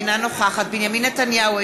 אינה נוכחת בנימין נתניהו,